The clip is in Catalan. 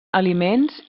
aliments